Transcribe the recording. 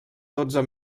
dotze